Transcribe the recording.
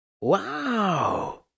Wow